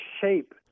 shape